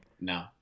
No